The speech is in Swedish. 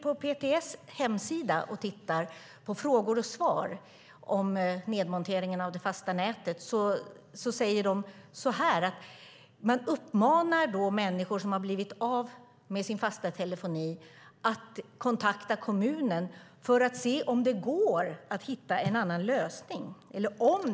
På PTS hemsidas frågor och svar om nedmonteringen av det fasta nätet uppmanar de människor som har blivit av med sin fasta telefoni att kontakta kommunen för att se om det går att hitta en annan lösning.